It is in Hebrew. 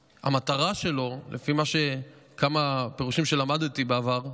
לפי כמה פירושים שלמדתי בעבר,